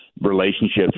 relationships